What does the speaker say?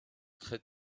très